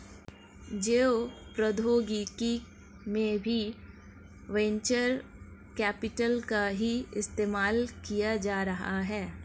जैव प्रौद्योगिकी में भी वेंचर कैपिटल का ही इस्तेमाल किया जा रहा है